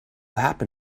happen